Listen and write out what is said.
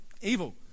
Evil